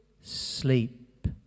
sleep